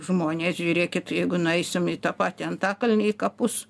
žmonės žiūrėkit jeigu nueisim į tą patį antakalnį į kapus